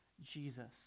Jesus